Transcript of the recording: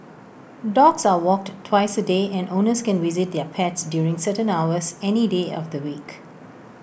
dogs are walked twice A day and owners can visit their pets during certain hours any day of the week